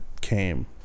came